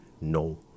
no